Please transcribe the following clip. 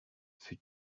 fut